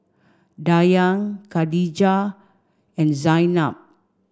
Dayang Khadija and Zaynab